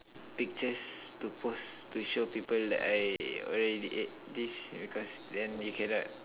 pictures to post to show people that I already ate this because then they cannot